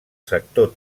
sector